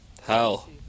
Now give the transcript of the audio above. Hell